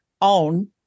own